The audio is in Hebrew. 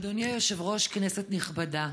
אדוני היושב-ראש, כנסת נכבדה,